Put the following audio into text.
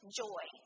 joy